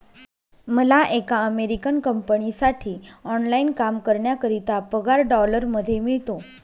मला एका अमेरिकन कंपनीसाठी ऑनलाइन काम करण्याकरिता पगार डॉलर मध्ये मिळतो